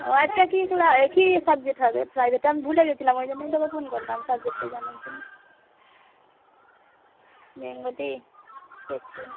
ও আজকে কী ক্লাস এ কী সাবজেক্ট হবে প্রাইভেটে আমি ভুলে গিয়েছিলাম ওই জন্যই তোকে ফোন করলাম সাবজেক্টটা জানার জন্য বেঙ্গলি দেখছি